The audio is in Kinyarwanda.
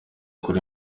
kuri